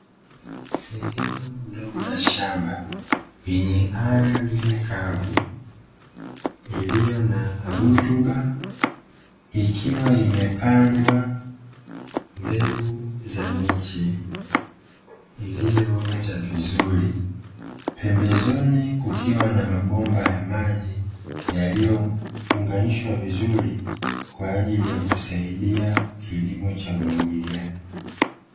Sehemu ndogo ya shamba yenye ardhi kavu, iliyo na rutuba ikiwa imepandwa mbegu za miche iliyoota vizuri, pembezoni kukiwa na mabomba ya maji yaliyo unganishwa vizuri, kwaajili ya kusaidia kilimo cha mwagiliaji.